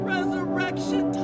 Resurrection